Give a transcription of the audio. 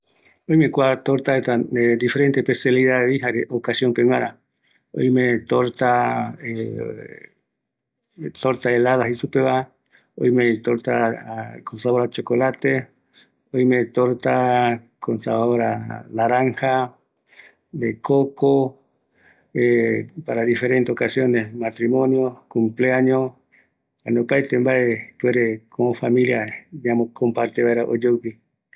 Oïme opaete pegua, oime menda pegua, yandeara pegua, torta de chocolate, helada, de naranja, de coco, relleno diveva, de manzana, de piña. De almendra jae kuaretare semaenduava